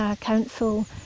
council